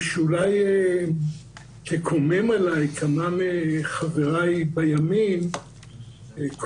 שאולי תקומם עליי כמה מחבריי בימין,